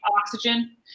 oxygen